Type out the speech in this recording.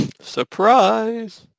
Surprise